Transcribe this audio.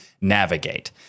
navigate